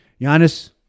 Giannis